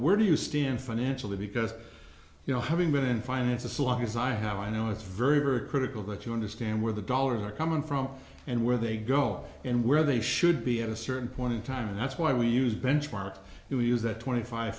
financially because you know having been in finance a so long as i have i know it's very very critical that you understand where the dollars are coming from and where they go and where they should be at a certain point in time and that's why we use benchmarks and we use that twenty five